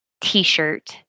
t-shirt